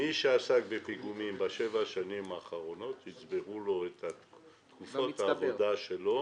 מי שעסק בפיגומים בשבע השנים האחרונות יצברו לו את שנות העבודה שלו